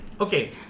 okay